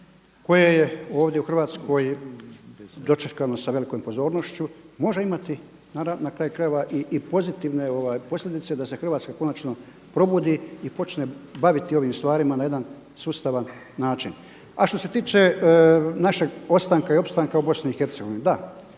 koje je ovdje u Hrvatskoj dočekano sa velikom pozornošću može imati na kraju krajeva i pozitivne posljedice da se Hrvatska konačno probudi i počne baviti ovim stvarima na jedan sustavan način. A što se tiče našeg ostanka i opstanka u BiH, da,